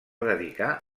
dedicar